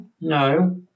no